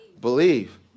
Believe